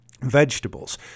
vegetables